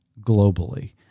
globally